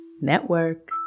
network